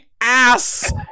ass